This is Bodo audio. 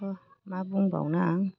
दाथ' मा बुंबावनो आं